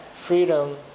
freedom